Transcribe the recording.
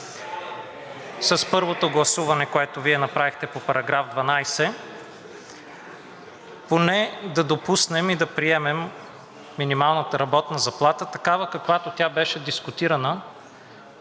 с първото гласуване, което Вие направихте по § 12, поне да допуснем и да приемем минималната работна заплата такава, каквато тя беше дискутирана